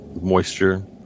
moisture